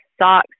socks